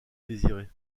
désirer